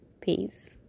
Peace